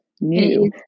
new